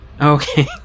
okay